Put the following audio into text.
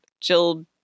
Jill